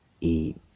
Eat